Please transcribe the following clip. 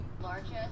...largest